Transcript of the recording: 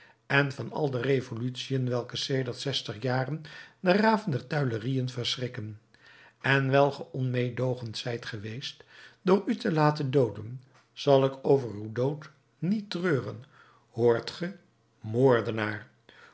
en van al de revolutiën welke sedert zestig jaren de raven der tuilerieën verschrikken en wijl ge onmeedoogend zijt geweest door u te laten dooden zal ik over uw dood niet treuren hoort ge moordenaar